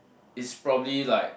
is probably like